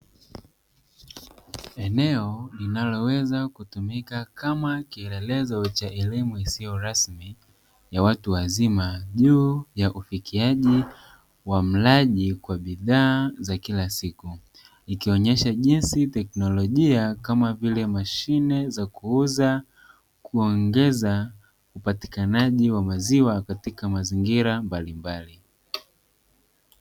Eneo linaloweza kutumika kama kielelezo cha elimu isiyo rasmi ya watu wazima juu ya ufikiaji wa mlaji kwa bidhaa za kila siku ikionyesha jinsi teknolojia kama vile mashine za kuuza, kuongeza upatikanaji wa maziwa katika mazingira mbalimbali.